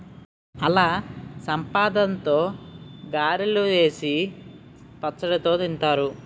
అలసందలతో గారెలు సేసి పచ్చడితో తింతారు